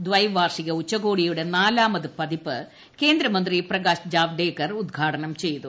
ദ്വൈവാർഷിക ഉച്ചകോടിയുടെ നാലാമത് പതിപ്പ് കേന്ദ്രമന്ത്രി പ്രകാശ് ജാവ്ദേക്കർ ഉദ്ഘാടനം ചെയ്തു